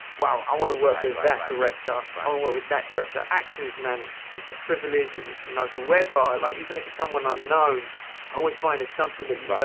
wow, i wanna work with that director, i wanna work with that director. actors, man, it's it's a privilege, and you know whoever, like even if it's someone unknown, i always find there's something that you